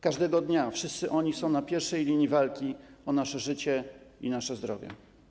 Każdego dnia wszyscy są na pierwszej linii walki o nasze życie i zdrowie.